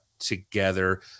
together